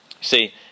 see